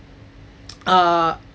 uh